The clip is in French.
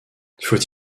faut